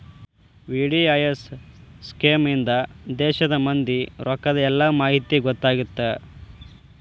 VDIS scheme ಇಂದಾ ದೇಶದ್ ಮಂದಿ ರೊಕ್ಕದ್ ಎಲ್ಲಾ ಮಾಹಿತಿ ಗೊತ್ತಾಗತ್ತ